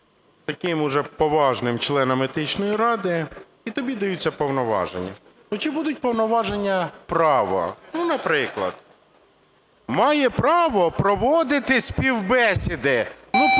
таким уже поважним членом Етичної ради і тобі даються повноваження, то чи будуть повноваження права? Наприклад, має право проводити співбесіди. Право